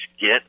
get